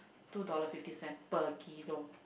two dollar fifty cent per kilo